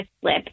slip